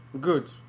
Good